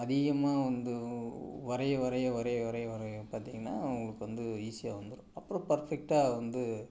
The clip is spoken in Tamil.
அதிகமாக வந்து வரைய வரைய வரைய வரைய வரைய பார்த்தீங்கன்னா உங்களுக்கு வந்து ஈஸியாக வந்துடும் அப்புறம் பர்ஃபெக்ட்டாக வந்து